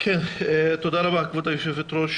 תודה רבה, כבוד היושבת-ראש,